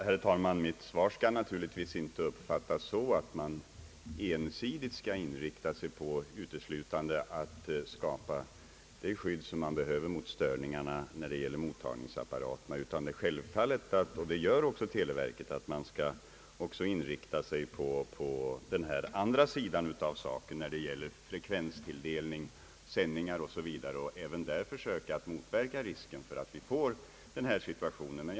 Herr talman! Mitt svar bör naturligtvis inte uppfattas så att man ensidigt skall inrikta sig på att uteslutande i samband med tillverkning av mottagningsapparater skapa erforderligt skydd. Självfallet skall man också — och det gör televerket — inrikta sig på den andra sidan av saken, nämligen frekvenstilldelning, sändning m.m. och även där försöka motverka risken för störningar.